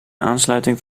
aansluiting